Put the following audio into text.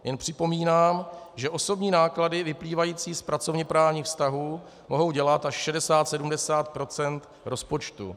Jen připomínám, že osobní náklady vyplývající z pracovněprávních vztahů mohou dělat až 60, 70 % rozpočtu.